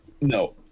No